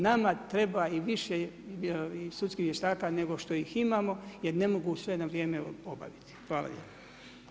Nama treba i više sudskih vještaka nego što ih imamo jer ne mogu sve na vrijeme obaviti.